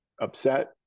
upset